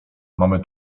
mamy